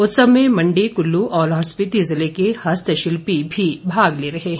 उत्सव में मंडी कुल्लू और लाहौल स्पीति जिले के हस्तशिल्पी भी भाग ले रहे हैं